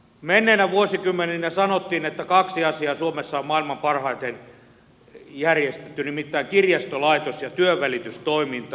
menneinä vuosikymmeninä sanottiin että kaksi asiaa suomessa on maailman parhaiten järjestetty nimittäin kirjastolaitos ja työnvälitystoiminta